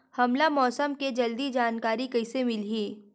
हमला मौसम के जल्दी जानकारी कइसे मिलही?